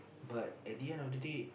but at the end of the day